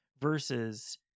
versus